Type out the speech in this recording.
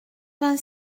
vingt